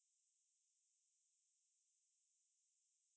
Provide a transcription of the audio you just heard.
it's probably err a native mexican who who um